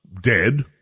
dead